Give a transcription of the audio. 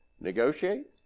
negotiate